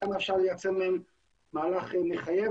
כמה אפשר לייצר מהם מערך מחייב,